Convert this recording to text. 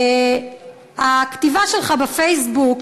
הכתיבה שלך בפייסבוק,